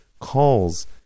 calls